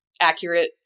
accurate